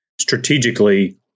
strategically